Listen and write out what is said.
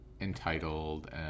entitled